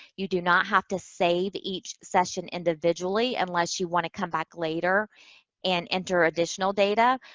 you do not have to save each session individually unless you want to come back later and enter additional data.